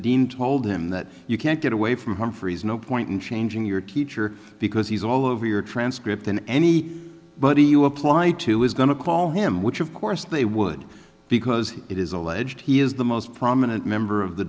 dean told him that you can't get away from humphreys no point in changing your teacher because he's all over your transcript in any but do you apply to is going to call him which of course they would because it is alleged he is the most prominent member of the